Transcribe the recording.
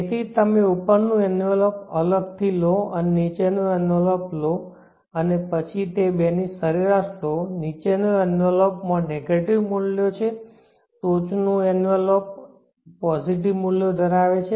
તેથી તમે ઉપર નું એન્વેલોપ અલગથી લો નીચે નું એન્વેલોપ લો અને પછી તે બેની સરેરાશ લો નીચે એન્વેલોપ માં નેગેટિવ મૂલ્યો છે ટોચ નું એન્વેલોપ પોઝિટિવ મૂલ્યો ધરાવે છે